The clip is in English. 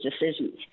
decisions